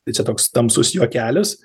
tai čia toks tamsus juokelis